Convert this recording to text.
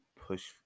push